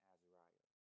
Azariah